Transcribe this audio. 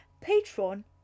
patron